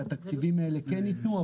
כי התקציבים האלה כן ניתנו,